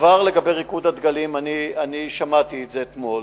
לגבי "ריקוד דגלים", אני שמעתי את זה אתמול.